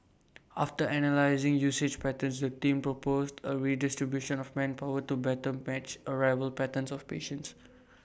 after analysing usage patterns the team proposed A redistribution of manpower to better match arrival patterns of patients